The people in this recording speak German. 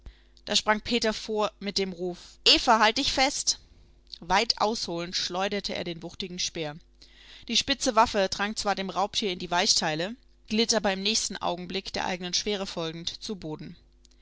da sprang peter vor mit dem ruf eva halt dich fest weit ausholend schleuderte er den wuchtigen speer die spitze waffe drang zwar dem raubtier in die weichteile glitt aber im nächsten augenblick der eigenen schwere folgend zu boden